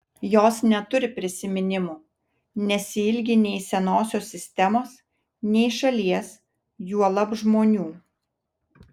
jos neturi prisiminimų nesiilgi nei senosios sistemos nei šalies juolab žmonių